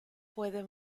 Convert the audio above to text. puede